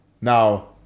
Now